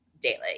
daily